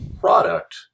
product